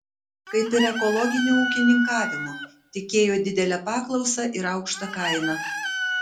kaip ir ekologiniu ūkininkavimu tikėjo didele paklausa ir aukšta kaina